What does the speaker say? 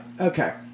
Okay